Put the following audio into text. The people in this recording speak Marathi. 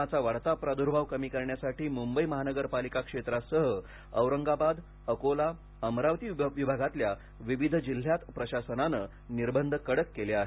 कोरोनाचा वाढता प्रादर्भाव कमी करण्यासाठी मुंबई महानगरपालिका क्षेत्रासह औरंगाबाद अकोला अमरावती विभागातल्या विविध जिल्ह्यात प्रशासनानं निर्बंध कडक केले आहेत